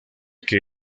que